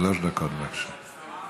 שלוש דקות, בבקשה.